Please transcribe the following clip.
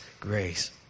grace